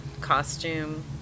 Costume